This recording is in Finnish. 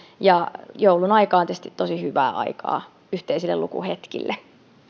ja joulun aika on tietysti tosi hyvää aikaa yhteisille lukuhetkille